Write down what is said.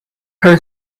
her